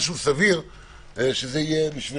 משהו סביר שזה יהיה,